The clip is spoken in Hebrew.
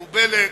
מקובלת,